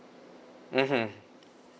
mmhmm